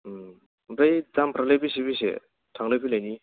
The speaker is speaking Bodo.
ओमफ्राय दामफ्रालाय बेसे बेसे थांनाय फैनायनि